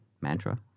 Mantra